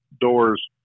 doors